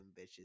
bitches